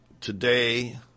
today